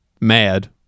mad